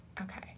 Okay